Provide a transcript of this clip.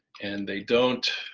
and they don't